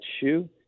shoe